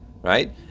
right